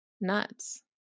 nuts